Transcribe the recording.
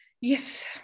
Yes